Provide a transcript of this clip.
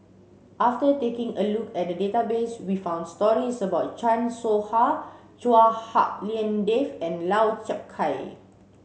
after taking a look at the database we found stories about Chan Soh Ha Chua Hak Lien Dave and Lau Chiap Khai